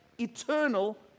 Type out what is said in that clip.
eternal